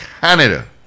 Canada